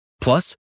Plus